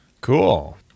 Cool